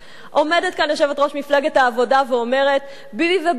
עומדת כאן יושבת-ראש מפלגת העבודה ואומרת: ביבי וברק,